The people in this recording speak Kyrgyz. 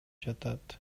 жатат